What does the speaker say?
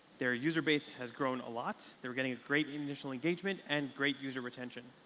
their user base has grown a lot. they're getting a great initial engagement and great user retention.